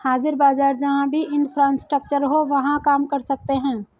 हाजिर बाजार जहां भी इंफ्रास्ट्रक्चर हो वहां काम कर सकते हैं